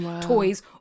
toys